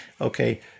Okay